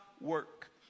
work